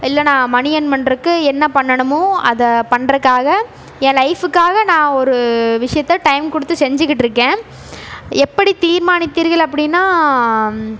இல்லை நான் money earn பண்ணுறக்கு என்ன பண்ணணுமோ அதை பண்ணுறக்காக என் லைஃபுக்காக நான் ஒரு விஷயத்த டைம் கொடுத்து செஞ்சு கிட்டிருக்கேன் எப்படி தீர்மானித்தீர்கள் அப்படின்னா